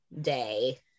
day